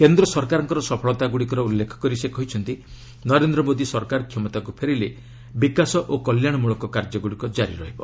କେନ୍ଦ୍ର ସରକାରଙ୍କର ସଫଳତାଗୁଡ଼ିକର ଉଲ୍ଲେଖ କରି ସେ କହିଛନ୍ତି ନରେନ୍ଦ୍ର ମୋଦି ସରକାର କ୍ଷମତାକୁ ଫେରିଲେ ବିକାଶ ଓ କଲ୍ୟାଣମଳକ କାର୍ଯ୍ୟଗୁଡ଼ିକ ଜାରି ରହିବ